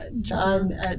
John